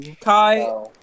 Kai